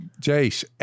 Jace